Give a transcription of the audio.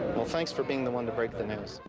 well, thanks for being the one to break the news.